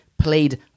Played